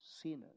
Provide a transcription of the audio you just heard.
sinners